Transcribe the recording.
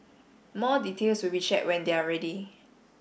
more details will be shared when they are ready